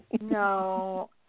No